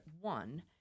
One